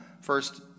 first